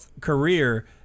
career